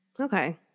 Okay